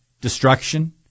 destruction